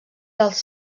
dels